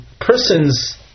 person's